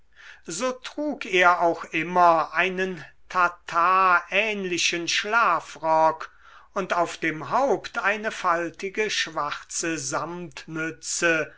so trug er auch immer einen tatarähnlichen schlafrock und auf dem haupt eine faltige schwarze